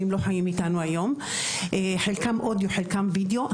כבר לא חיים איתנו היום; חלקן אודיו וחלקן וידאו.